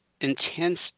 intense